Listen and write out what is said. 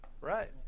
Right